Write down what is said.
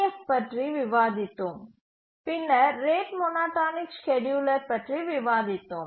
F பற்றி விவாதித்தோம் பின்னர் ரேட் மோனோடோனிக் ஸ்கேட்யூலர் பற்றி விவாதித்தோம்